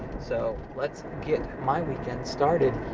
so, let's get my weekend started.